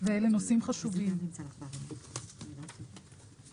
צריך לנהל את זה בראיית האינטרס הציבורי